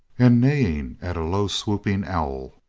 and neighing at a low-swooping owl.